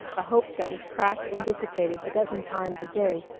a hope that was cracked and dissipated a dozen times a day,